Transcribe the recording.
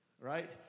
right